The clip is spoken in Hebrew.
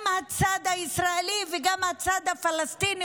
גם הצד הישראלי וגם הצד הפלסטיני,